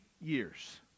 years